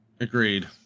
Agreed